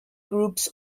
groups